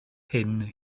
hyn